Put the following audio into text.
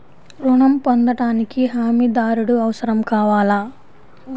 ఋణం పొందటానికి హమీదారుడు అవసరం కావాలా?